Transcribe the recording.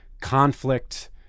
conflict